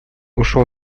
ушел